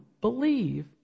believe